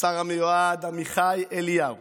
השר המיועד עמיחי אליהו